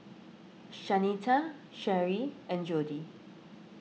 Shanita Cherri and Jodie